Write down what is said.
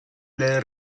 del